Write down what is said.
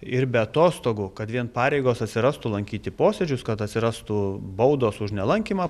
ir be atostogų kad vien pareigos atsirastų lankyti posėdžius kad atsirastų baudos už nelankymą